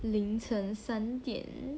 凌晨三点